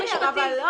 לא.